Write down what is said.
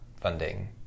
funding